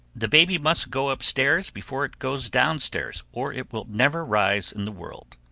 the baby must go upstairs before it goes downstairs, or it will never rise in the world.